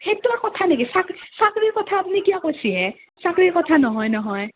সেইটো আৰু কথা নেকি চাকৰিৰ চাকৰিৰ কথা আপ্নি কিয় কৈছে হে চাক্ৰিৰ কথা নহয় নহয়